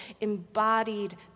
embodied